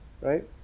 right